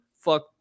fuck